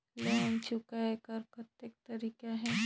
Loan चुकाय कर कतेक तरीका है?